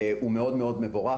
הוא מאוד מאוד מבורך.